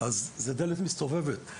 ויתייחסו גם אנשי המשטרה זה דלת מסתובבת.